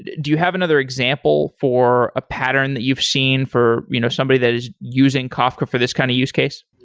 do you have another example for a pattern that you've seen for you know somebody that is using kafka for this kind of use case?